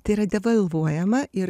tai yra devalvuojama ir